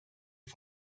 die